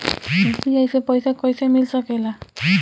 UPI से पइसा कईसे मिल सके ला?